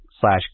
slash